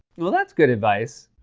well, that's good advice.